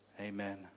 Amen